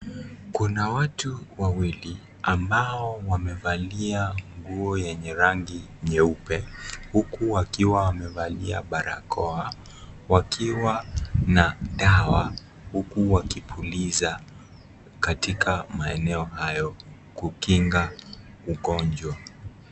Kuna watu wawili ambao wamevalia nguo yenye rangi nyeupe huku wakiwa wamevalia barakoa wakiwa na dawa huku wakipuliza katika maeneo hayo kukinga ugonjwa.